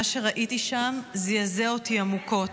מה שראיתי שם זעזע אותי עמוקות,